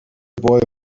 boy